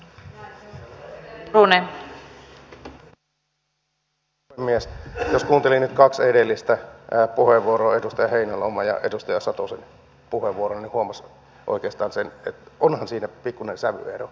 jos kuunteli nyt kaksi edellistä puheenvuoroa edustaja heinäluoman ja edustaja satosen puheenvuoron niin huomasi oikeastaan sen että onhan siinä pikkuinen sävyero